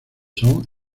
son